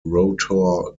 rotor